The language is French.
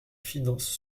finances